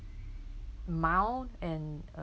mild and